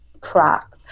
crap